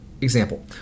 Example